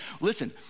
listen